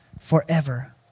forever